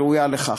את ראויה לכך.